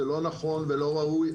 זה לא נכון ולא ראוי,